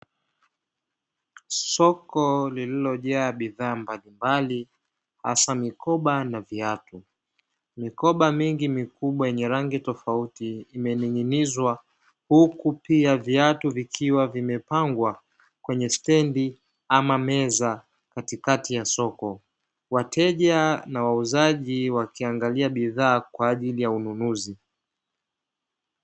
Soko lililojaa bidhaa mbalimbali, hasa mikoba na viatu. Mikoba mingi mikubwa yenye rangi tofauti imening'inizwa, huku pia viatu vikiwa vimepangwa kwenye stendi ama meza katikati ya soko. Wateja na wauzaji wakiangalia bidhaa kwa ajili ya ununuzi.